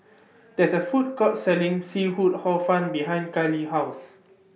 There IS A Food Court Selling Seafood Hor Fun behind Carli's House